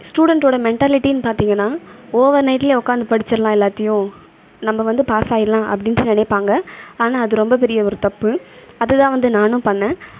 ஸ்டுடெண்ட்டோடய மெண்டாலிட்டினு பார்த்தீங்கன்னா ஓவர்நைட்லியே உட்காந்து படித்திடலாம் எல்லாத்தையும் நம்ம வந்து பாஸ் ஆகிடலாம் அப்படினு நினைப்பாங்க ஆனால் அது ரொம்ப பெரிய ஒரு தப்பு அது தான் வந்து நானும் பண்ணேன்